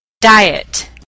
diet